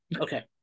Okay